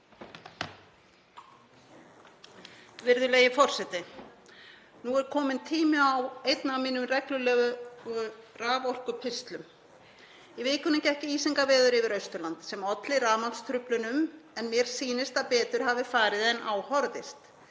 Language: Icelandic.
Virðulegi forseti. Nú er kominn tími á einn af mínum reglulegu raforkupistlum. Í vikunni gekk ísingarveður yfir Austurland sem olli rafmagnstruflunum en mér sýnist að betur hafi farið en á horfðist.